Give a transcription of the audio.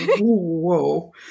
Whoa